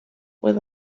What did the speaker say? with